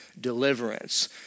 deliverance